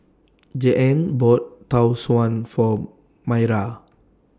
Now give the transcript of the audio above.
Jeanne bought Tau Suan For Mayra